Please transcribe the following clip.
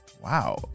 Wow